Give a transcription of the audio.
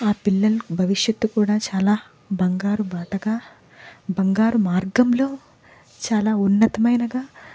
ఆ పిల్లల భవిష్యత్తు కూడా చాలా బంగారు బాటగా బంగారు మార్గంలో చాలా ఉన్నతమైనగా